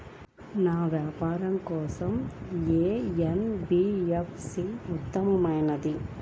వ్యాపారం కోసం ఏ ఎన్.బీ.ఎఫ్.సి ఉత్తమమైనది?